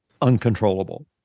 uncontrollable